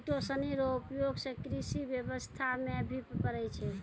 किटो सनी रो उपयोग से कृषि व्यबस्था मे भी पड़ै छै